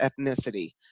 ethnicity